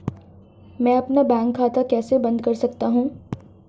मैं अपना बैंक खाता कैसे बंद कर सकता हूँ?